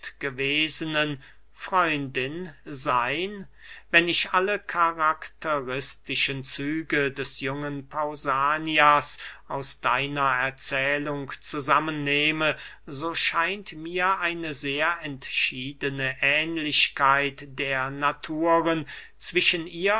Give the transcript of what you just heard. gewesenen freundin seyn wenn ich alle karakteristischen züge des jungen pausanias aus deiner erzählung zusammen nehme so scheint mir eine sehr entschiedene ähnlichkeit der naturen zwischen